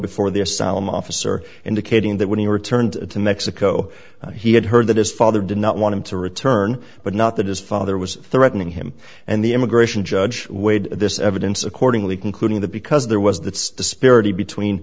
before the asylum officer indicating that when he returned to mexico he had heard that his father did not want him to return but not that his father was threatening him and the immigration judge weighed this evidence accordingly concluding that because there was that disparity between